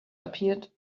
appeared